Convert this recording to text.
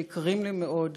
שיקרים לי מאוד,